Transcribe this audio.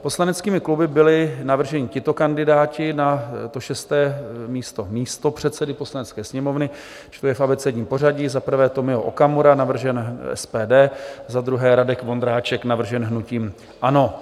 Poslaneckými kluby byli navrženi tito kandidáti na šesté místo místopředsedy Poslanecké sněmovny, čtu je v abecedním pořadí: za prvé Tomio Okamura, navržen SPD, za druhé Radek Vondráček, navržen hnutím ANO.